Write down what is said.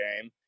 game